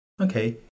okay